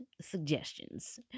suggestions